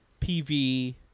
PV